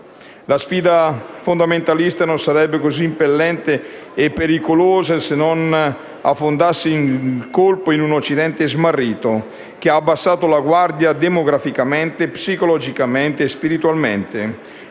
La sfida fondamentalista non sarebbe infatti così impellente e pericolosa se non affondasse il colpo in un Occidente smarrito, che ha abbassato la guardia demograficamente, psicologicamente e spiritualmente,